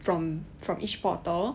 from from each portal